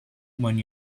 when